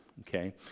okay